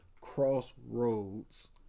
Crossroads